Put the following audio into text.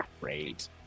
great